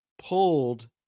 pulled